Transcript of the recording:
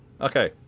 Okay